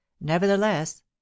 nevertheless